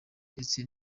ndetse